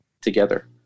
together